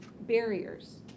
barriers